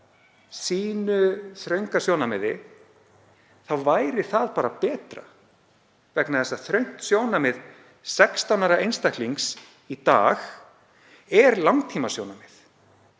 sínu þrönga sjónarmiði, þá væri það bara betra vegna þess að þröngt sjónarmið 16 ára einstaklings í dag er langtímasjónarmið,